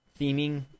theming